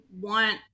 want